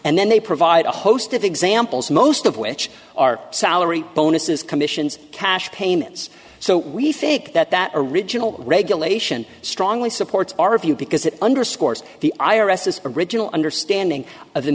and then they provide a host of examples most of which are salary bonuses commissions cash payments so we think that that original regulation strongly supports our view because it underscores the i r s s original understanding of the